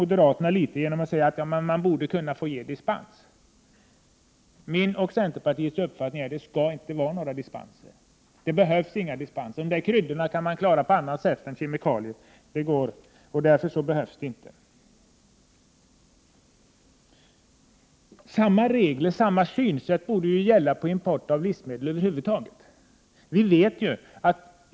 Moderaterna avvaktar här något och menar att dispenser borde kunna beviljas. Jag och övriga i centerpartiet har uppfattningen att det inte skall förekomma några dispenser. Sådana behövs inte. Det går att klara sig utan kryddor som innehåller kemikalier. Samma regler och samma synsätt borde gälla för importen av livsmedel över huvud taget.